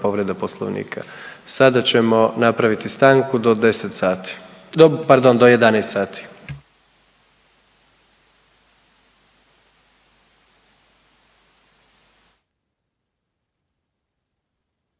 povreda Poslovnika. Sada ćemo napraviti stanku do 10 sati,